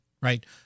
right